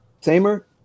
Tamer